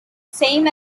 same